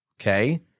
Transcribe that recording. Okay